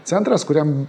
centras kuriam